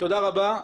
תודה רבה.